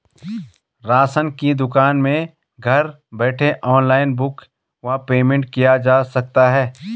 Ration की दुकान में घर बैठे ऑनलाइन बुक व पेमेंट किया जा सकता है?